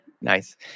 Nice